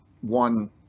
one